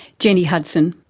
jennie hudson.